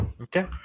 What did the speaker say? Okay